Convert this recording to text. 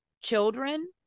children